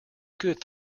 good